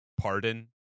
pardon